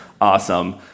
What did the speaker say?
Awesome